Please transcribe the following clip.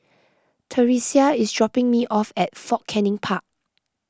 theresia is dropping me off at Fort Canning Park